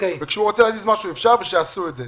כשהוא רוצה להזיז משהו אפשר ושיעשו את זה.